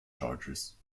charges